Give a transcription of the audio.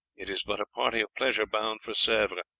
it is but a party of pleasure bound for sevres,